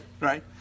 Right